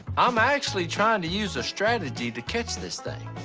i'm actually trying to use a strategy to catch this thing.